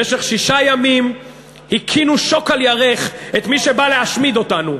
במשך שישה ימים הִכינו שוק על ירך את מי שבא להשמיד אותנו.